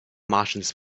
martians